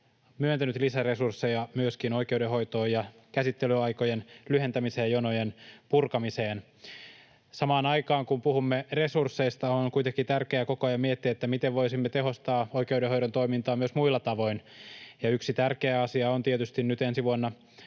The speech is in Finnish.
myöntänyt lisäresursseja myöskin oikeudenhoitoon, käsittelyaikojen lyhentämiseen ja jonojen purkamiseen. Samaan aikaan kun puhumme resursseista, on kuitenkin tärkeää koko ajan miettiä, miten voisimme tehostaa oikeudenhoidon toimintaa myös muilla tavoin, ja yksi tärkeä asia on tietysti nyt ensi vuonna